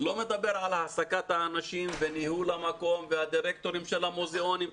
לא מדבר על העסקת האנשים וניהול המקום והדירקטורים של המוזיאונים.